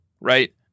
right